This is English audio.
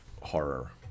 horror